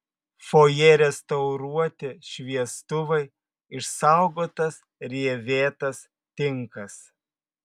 fojė restauruoti šviestuvai išsaugotas rievėtas tinkas